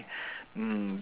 mm